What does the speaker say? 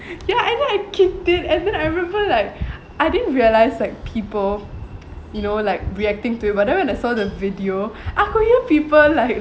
ya and then I kicked it and then I remember like I didn't realise like people you know like reacting to it but then when I saw the video I could hear people like